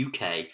UK